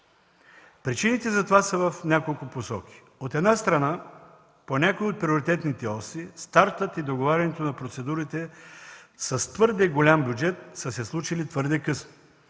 Причините за това са в няколко посоки. От една страна, по някои от приоритетните оси стартът и договарянето на процедурите с твърде голям бюджет са се случили много късно.